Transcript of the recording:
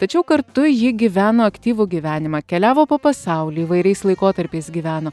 tačiau kartu ji gyveno aktyvų gyvenimą keliavo po pasaulį įvairiais laikotarpiais gyveno